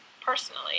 personally